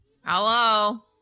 Hello